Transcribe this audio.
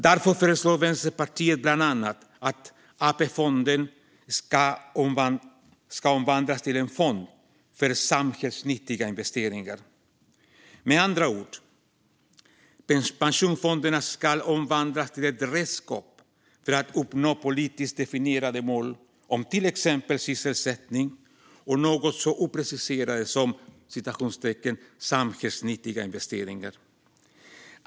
Därför föreslår Vänsterpartiet bland annat att Första AP-fonden ska "omvandlas till en fond för samhällsnyttiga investeringar". Med andra ord ska pensionsfonderna omvandlas till ett redskap för att uppnå politiskt definierade mål om till exempel sysselsättning och något så opreciserat som "samhällsnyttiga investeringar".